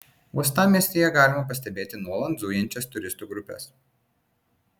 uostamiestyje galima pastebėti nuolat zujančias turistų grupes